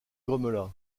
grommela